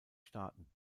staaten